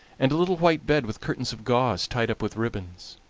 and a little white bed with curtains of gauze tied up with ribbons.